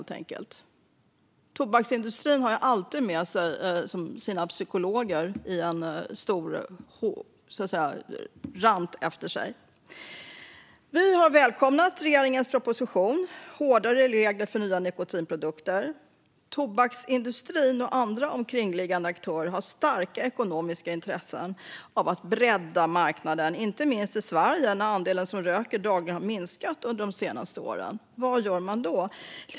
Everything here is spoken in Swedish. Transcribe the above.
Tobaksindustrin har alltid med sig sina psykologer i en stor hop efter sig. Vi har välkomnat regeringens proposition Hårdare regler för nya niko tinprodukter . Tobaksindustrin och andra omkringliggande aktörer har starka ekonomiska intressen av att bredda marknaden, inte minst i Sverige, där andelen som röker dagligen har minskat under de senaste åren. Vad gör man då?